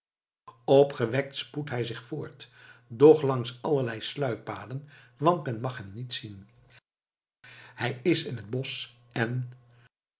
opgewekt spoedt hij zich voort doch langs allerlei sluippaden want men mag hem niet zien hij is in het bosch en